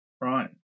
Right